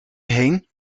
heen